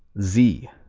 z